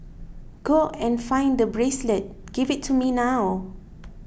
go and find the bracelet give it to me now